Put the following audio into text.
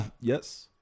Yes